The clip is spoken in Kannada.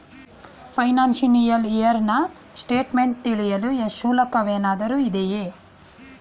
ಫೈನಾಶಿಯಲ್ ಇಯರ್ ನ ಸ್ಟೇಟ್ಮೆಂಟ್ ತಿಳಿಯಲು ಶುಲ್ಕವೇನಾದರೂ ಇದೆಯೇ?